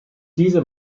diese